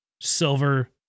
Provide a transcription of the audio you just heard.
Silver